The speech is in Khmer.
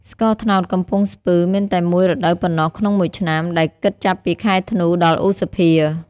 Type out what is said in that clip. ស្ករត្នោតកំពង់ស្ពឺ មានតែមួយរដូវប៉ុណ្ណោះក្នុងមួយឆ្នាំ ដែលគិតចាប់ពីខែធ្នូ ដល់ឧសភា។